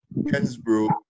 Kensbro